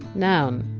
noun,